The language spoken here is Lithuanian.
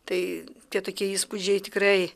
tai tie tokie įspūdžiai tikrai